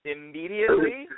Immediately